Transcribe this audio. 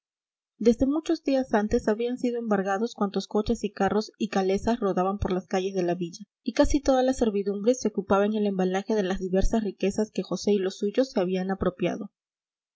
desde muchos días antes habían sido embargados cuantos coches y carros y calesas rodaban por las calles de la villa y casi toda la servidumbre se ocupaba en el embalaje de las diversas riquezas que josé y los suyos se habían apropiado